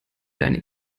deine